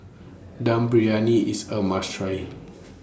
Dum Briyani IS A must Try